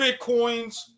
Bitcoins